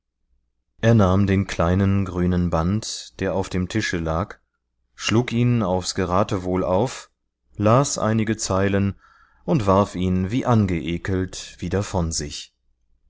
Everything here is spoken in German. er nahm den kleinen grünen band der auf dem tische lag schlug ihn aufs geratewohl auf las einige zeilen und warf ihn wie angeekelt wieder von sich